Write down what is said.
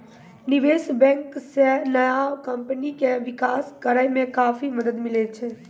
निबेश बेंक से नया कमपनी के बिकास करेय मे काफी मदद मिले छै